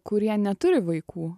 kurie neturi vaikų